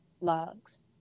logs